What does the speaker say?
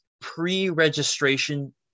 pre-registration